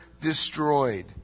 destroyed